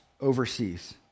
overseas